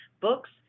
books